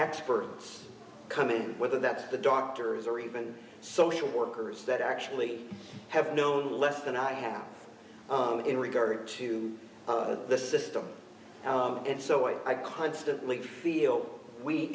experts coming whether that's the doctors or even social workers that actually have known less than i have in regard to the system and so i constantly feel we